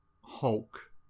Hulk